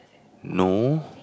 no